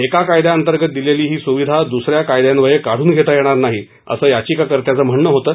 एका कायद्याअंतर्गत दिलेली ही सुविधा दुस या कायद्यान्वये काढून घेता येणार नाही असं याचिकाकर्त्यांचं म्हणणं होतं